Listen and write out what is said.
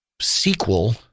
sequel